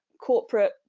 corporate